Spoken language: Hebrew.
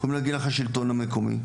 יכול להגיד לך השלטון המקומי,